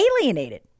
alienated